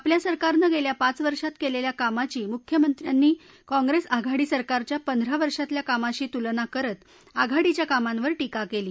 आपल्या सरकारनं गेल्या पाच वर्षात केलेल्या कामाची मुख्यमंत्र्यांनी काँग्रेस आघाडी सरकारच्या पंधरा वर्षातल्या कामाशी तुलना करत आघाडीच्या कामांवर टीका केली